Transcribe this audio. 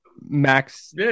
max